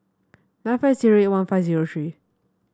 nine five zero one five zero three